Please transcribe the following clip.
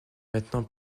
maintenant